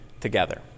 together